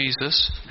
Jesus